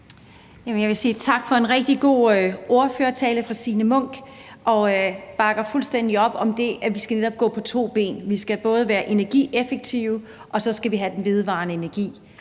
tak for en rigtig god ordførertale fra Signe Munk, og vi bakker fuldstændig op om det, at vi netop skal gå på to ben. Vi skal både være energieffektive, og så skal vi have den vedvarende energi.